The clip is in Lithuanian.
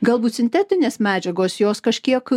galbūt sintetinės medžiagos jos kažkiek